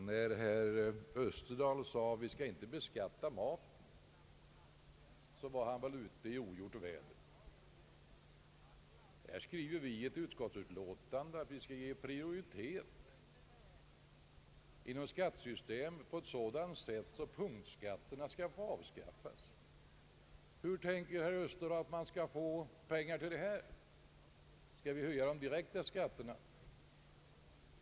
När herr Österdahl sade att vi inte skall beskatta maten var han väl ute i ogjort väder. I betänkandet har vi skrivit att vi skall ge prioritet inom skattesystemet på ett sådant sätt att punktskatterna avskaffas. Hur har herr Österdahl tänkt sig att man skall få pengar till vad han föreslår? Skall vi höja de direkta skatterna?